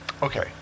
Okay